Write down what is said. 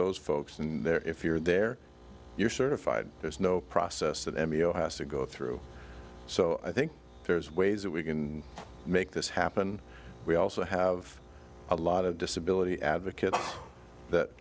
those folks in there if you're there you're certified there's no process that m b o has to go through so i think there's ways that we can make this happen we also have a lot of disability advocates that